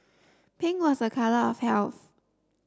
pink was a colour of health